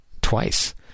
Twice